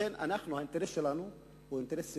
לכן, האינטרס שלנו הוא אינטרס ציבורי,